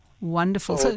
Wonderful